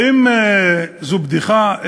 האם זו בדיחה?